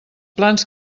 plans